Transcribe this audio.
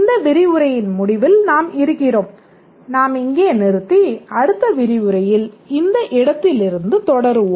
இந்த விரிவுரையின் முடிவில் நாம் இருக்கிறோம் நாம் இங்கே நிறுத்தி அடுத்த விரிவுரையில் இந்த இடத்திலிருந்து தொடருவோம்